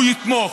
הוא יתמוך.